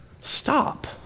stop